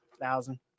thousand